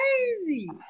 crazy